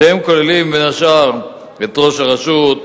שהם כוללים בין השאר את ראש הרשות,